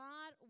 God